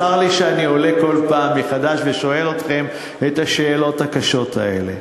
צר לי שאני עולה כל פעם מחדש ושואל אתכם את השאלות הקשות האלה.